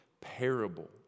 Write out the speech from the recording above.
parable